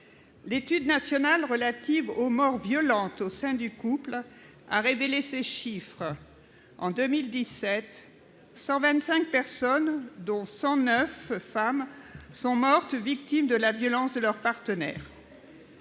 L'étude nationale relative aux morts violentes au sein du couple a révélé ces chiffres : en 2017, 125 personnes dont 109 femmes, sont mortes victimes de la violence de leur partenaire.